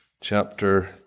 Chapter